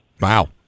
wow